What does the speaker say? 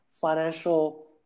financial